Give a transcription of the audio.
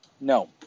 No